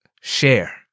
share